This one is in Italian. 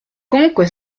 comunque